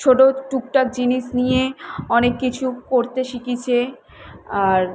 ছোটো টুকটাক জিনিস নিয়ে অনেক কিছু করতে শিখিয়েছে আর